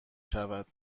شود